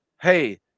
hey